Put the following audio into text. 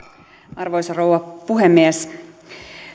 arvoisa rouva puhemies